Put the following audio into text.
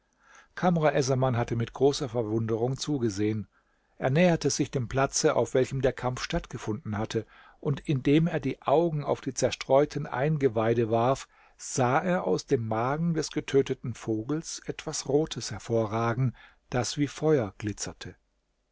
essaman hatte mit großer verwunderung zugesehen er näherte sich dem platze auf welchem der kampf stattgefunden hatte und indem er die augen auf die zerstreuten eingeweide warf sah er aus dem magen des getöteten vogels etwas rotes hervorragen das wie feuer glitzerte